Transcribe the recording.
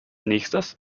nächstes